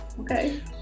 Okay